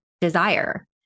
desire